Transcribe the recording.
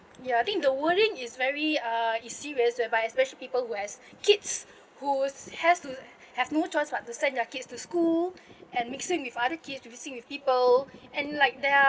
ya I think the worrying is very uh is serious whereby especially people who has kids whose has to have no choice but to send their kids to school and mixing with other kids to be seeing with people and like their